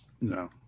No